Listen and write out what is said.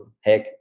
heck